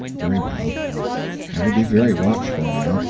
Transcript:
very well i will be very watchful now,